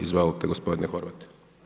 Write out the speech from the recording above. Izvolite gospodine Horvat.